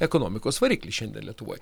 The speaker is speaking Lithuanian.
ekonomikos variklį šiandien lietuvoj